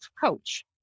coach